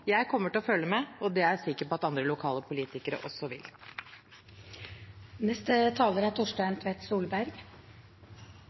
Jeg kommer til å følge med, og det er jeg sikker på at andre lokale politikere også vil gjøre. Dette er,